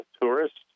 Tourists